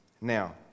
now